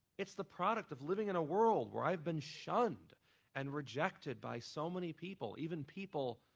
it's the product of living in a world where i've been shunned and rejected by so many people, even people